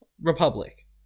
Republic